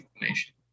information